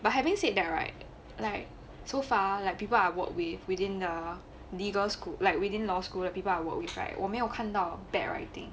but having said that right like so far like people I work with within the legal school like within law school people I work with right 我没有看到 bad writing